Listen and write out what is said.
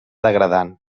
degradant